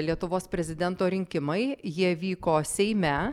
lietuvos prezidento rinkimai jie vyko seime